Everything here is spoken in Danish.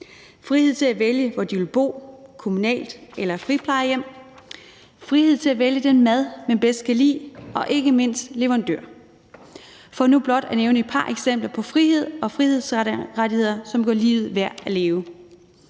frihed til at vælge, hvor de vil bo, kommunalt eller friplejehjem; frihed til at vælge den mad, de bedst kan lide, og ikke mindst leverandør – for nu blot at nævne et par eksempler på frihed og frihedsrettigheder, som gør livet værd at leve.